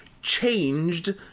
changed